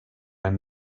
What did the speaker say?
i’m